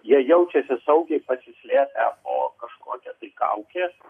jie jaučiasi saugiai pasislėpę po kažkokia tai kauke